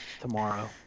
tomorrow